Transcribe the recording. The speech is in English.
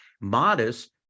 modest